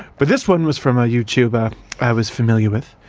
but this one was from a youtuber i was familiar with,